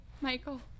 Michael